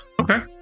okay